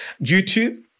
YouTube